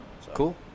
cool